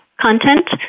content